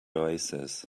oasis